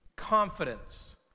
confidence